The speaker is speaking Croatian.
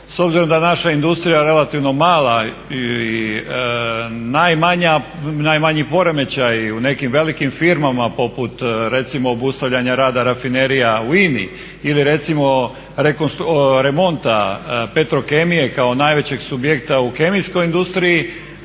S obzirom da je naša industrija relativno mala i najmanji poremećaji u nekim velikim firmama poput recimo obustavljanja rada rafinerija u INA-i ili recimo remonta Petrokemije kao najvećeg subjekta u kemijskoj industriji